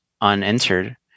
unentered